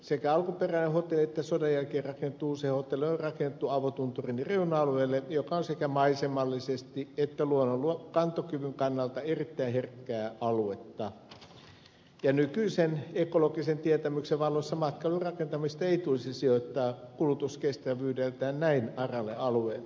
sekä alkuperäinen hotelli että sodan jälkeen rakennettu uusi hotelli on rakennettu avotunturin reuna alueelle joka on sekä maisemallisesti että luonnon kantokyvyn kannalta erittäin herkkää aluetta ja nykyisen ekologisen tietämyksen valossa matkailurakentamista ei tulisi sijoittaa kulutuskestävyydeltään näin aralle alueelle